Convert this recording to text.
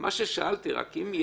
מה ששאלתי זה אם יש